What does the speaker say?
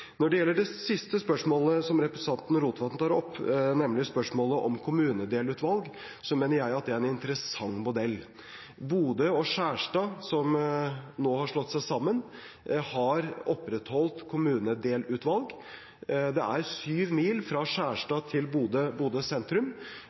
Når det gjelder det siste spørsmålet som representanten Rotevatn tar opp, nemlig spørsmålet om kommunedelsutvalg, mener jeg at det er en interessant modell. Bodø og Skjerstad, som nå har slått seg sammen, har opprettholdt kommunedelsutvalg. Det er syv mil fra Skjerstad til Bodø sentrum.